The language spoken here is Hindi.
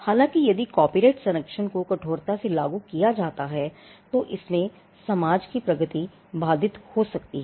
हालाँकि यदि कॉपीराइट संरक्षण को कठोरता से लागू किया जाता है तो इससे समाज की प्रगति बाधित हो सकती है